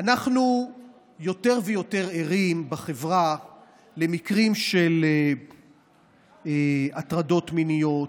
אנחנו יותר ויותר ערים בחברה למקרים של הטרדות מיניות,